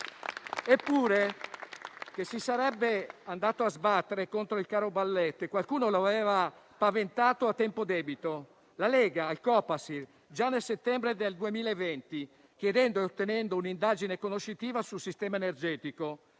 Eppure, che si sarebbe andati a sbattere contro il caro bollette qualcuno l'aveva paventato a tempo debito: la Lega, al Copasir, già nel settembre 2020, chiedendo e ottenendo un'indagine conoscitiva sul sistema energetico;